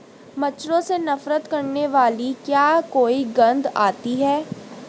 मच्छरों से नफरत करने वाली क्या कोई गंध आती है?